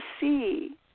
see